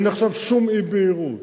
אין עכשיו שום אי-בהירות.